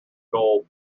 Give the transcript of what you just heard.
gold